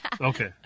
Okay